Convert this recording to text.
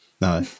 No